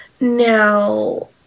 Now